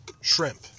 Shrimp